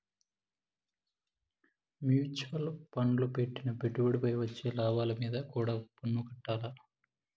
mutual ఫండ్ల పెట్టిన పెట్టుబడిపై వచ్చే లాభాలు మీంద కూడా పన్నుకట్టాల్ల